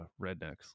rednecks